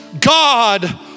God